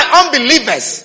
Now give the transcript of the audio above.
unbelievers